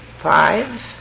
Five